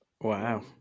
Wow